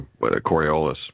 Coriolis